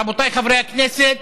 רבותיי חברי הכנסת,